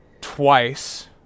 twice